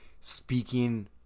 speaking